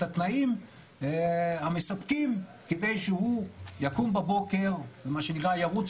התנאים המספקים כדי שהוא יקום בבוקר ומה שנקרא ירוץ